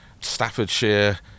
Staffordshire